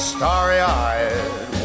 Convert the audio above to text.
Starry-eyed